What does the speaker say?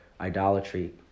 idolatry